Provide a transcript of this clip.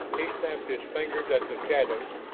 he snapped his fingers at the shadows,